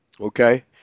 okay